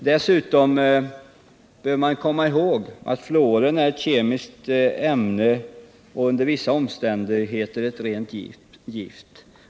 Dessutom bör man komma ihåg att fluor är ett kemiskt ämne och under vissa omständigheter ett rent gift.